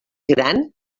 gran